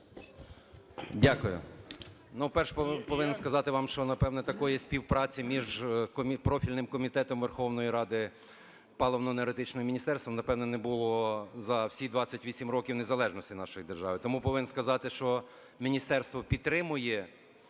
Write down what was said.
Дякую. Ну, перше, повинен сказати вам, що, напевне, такої співпраці між профільним комітетом Верховної Ради і паливно-енергетичним міністерством, напевно, не було за всі 28 років незалежності нашої держави. Тому повинен сказати, що міністерство підтримує